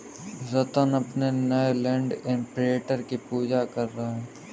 रत्न अपने नए land imprinter की पूजा कर रहा है